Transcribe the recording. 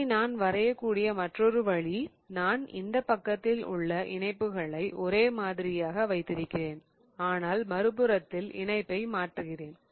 இதை நான் வரையக்கூடிய மற்றொரு வழி நான் இந்த பக்கத்தில் உள்ள இணைப்புகளை ஒரே மாதிரியாக வைத்திருக்கிறேன் ஆனால் மறுபுறத்தில் இணைப்பை மாற்றுகிறேன்